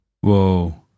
Whoa